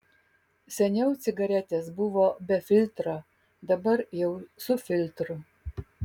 seniau cigaretės buvo be filtro dabar jau su filtru